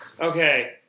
Okay